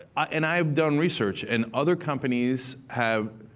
and i've done research, and other companies have,